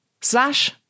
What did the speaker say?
slash